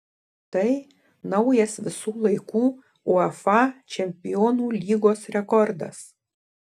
tai naujas visų laikų uefa čempionų lygos rekordas